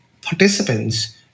participants